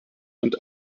und